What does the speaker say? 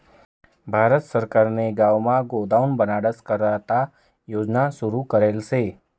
भारत सरकारने गावमा गोदाम बनाडाना करता योजना सुरू करेल शे